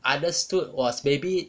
understood was maybe